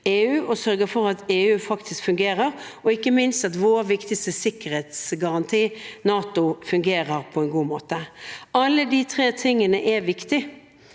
EU, og at EU faktisk fungerer, og ikke minst at vår viktigste sikkerhetsgaranti, NATO, fungerer på en god måte. Alle de tre tingene er viktige.